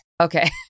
Okay